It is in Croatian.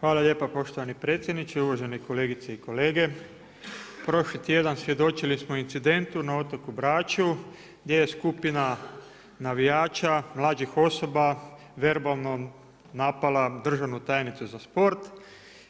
Hvala lijepa poštovani predsjedniče, uvažene kolegice i kolege, prošli tjedan svjedočili smo incidentu na otoku Braču gdje je skupina navijača mlađih osoba verbalno napala državni tajnicu za sport